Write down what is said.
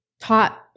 taught